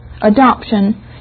adoption